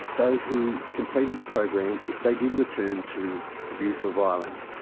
those who completed the program, if they did return to abuse or violence,